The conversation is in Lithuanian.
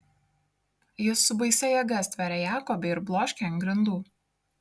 jis su baisia jėga stveria jakobį ir bloškia ant grindų